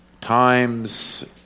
times